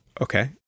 okay